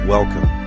Welcome